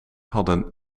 hadden